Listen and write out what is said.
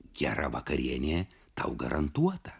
gera vakarienė tau garantuota